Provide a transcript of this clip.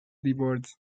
divorced